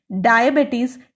Diabetes